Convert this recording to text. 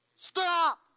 Stop